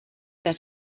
that